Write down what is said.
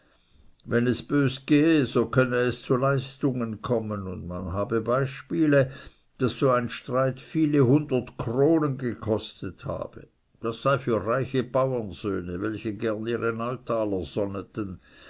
wenn es bös gehe so könne es zu leistungen kommen und man habe beispiele daß so ein streit viele hundert kronen gekostet habe das sei für reiche bauernsöhne welche gerne ihre neutaler sonneten